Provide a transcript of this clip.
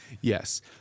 Yes